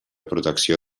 protecció